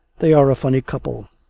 they are a funny couple!